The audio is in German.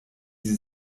sie